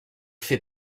fait